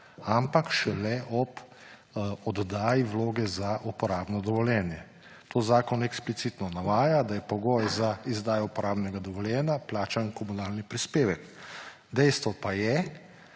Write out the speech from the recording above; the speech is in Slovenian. ampak šele ob oddajali vloge za uporabno dovoljenje. To zakon eksplicitno navaja, da je pogoj za izdajo uporabnega dovoljenja plačan komunalni prispevek. Dejstvo pa je,